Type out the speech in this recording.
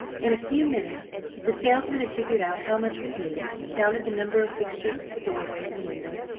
in a few minutes the salesman had figured out how much was needed, counted the number of fixtures for doorways and windows,